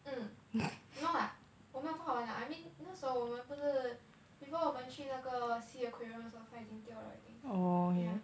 um no lah 我没有拔完 lah I mean 那时候我们不是 before 我们去那个 sea aquarium 的时候它已经掉 right I think yeah